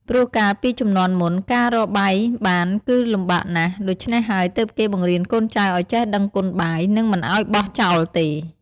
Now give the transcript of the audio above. ព្រោះកាលពីជំនាន់មុន ការរកបាយបានគឺលំបាកណាស់ ដូច្នេះហើយទើបគេបង្រៀនកូនចៅឲ្យចេះដឹងគុណបាយ និងមិនឲ្យបោះចោលទេ។